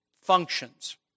functions